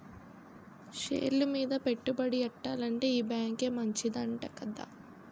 షేర్లు మీద పెట్టుబడి ఎట్టాలంటే ఈ బేంకే మంచిదంట కదా